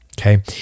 Okay